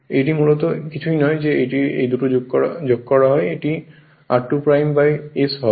এটি মূলত কিছুই নয় যদি এই দুটি যোগ করা হয় তবে এটি r2 s হবে